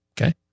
okay